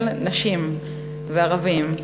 שבועיים,